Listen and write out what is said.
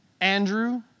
Andrew